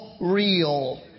real